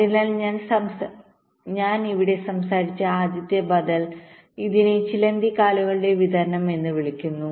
അതിനാൽ ഞാൻ ഇവിടെ സംസാരിച്ച ആദ്യത്തെ ബദൽ ഇതിനെ ചിലന്തി കാലുകളുടെ വിതരണം എന്ന് വിളിക്കുന്നു